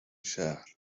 شهر